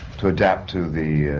to adapt to the.